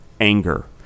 anger